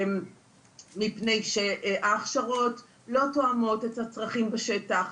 מפני שההכשרות לא תואמות את הצרכים בשטח.